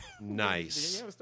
Nice